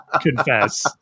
confess